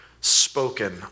spoken